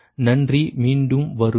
நன்றி மீண்டும் வருவேன்